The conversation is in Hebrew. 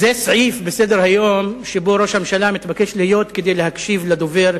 זה סעיף בסדר-היום שבו ראש הממשלה מתבקש להיות כדי להקשיב לדובר,